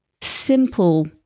simple